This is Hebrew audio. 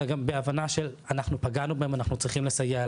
אלא גם בהבנה של 'אנחנו פגענו בהם ואנחנו צריכים לסייע להם'.